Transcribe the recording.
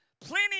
plenty